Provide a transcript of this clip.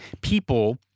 People